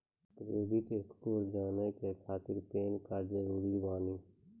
Credit score जाने के खातिर पैन कार्ड जरूरी बानी?